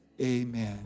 amen